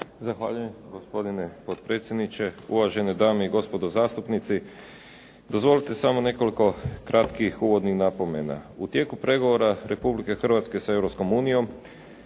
Zahvaljujem gospodine potpredsjedniče. Uvažene dame i gospodo zastupnici. Dozvolite samo nekoliko uvodnih kratkih napomena. U tijeku pregovora Republike Hrvatske sa